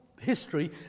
history